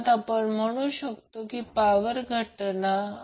8 lagging power फॅक्टरवर 45kVAr घेते